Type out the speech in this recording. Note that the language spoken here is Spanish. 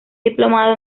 diplomado